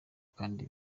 kandi